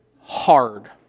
hard